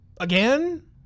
again